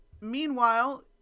Meanwhile